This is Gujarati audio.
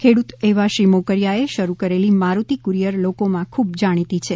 ખેડૂત એવા શ્રી મોકરિયાએ શરૂ કરેલી માડુતિ કુરિયર લોકોમાં ખૂબ જાણીતી છે